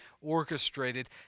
orchestrated